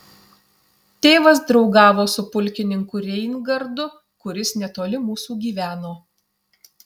tėvas draugavo su pulkininku reingardu kuris netoli mūsų gyveno